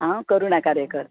हांव करुणा कारेकर